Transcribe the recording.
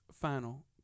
final